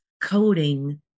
coding